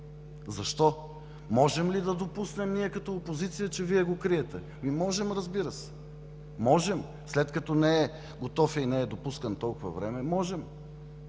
Защо!? Можем ли да допуснем ние като опозиция, че Вие го криете? Можем, разбира се. Можем! След като не е готов и не е допускан толкова време, можем!